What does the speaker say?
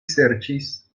serĉis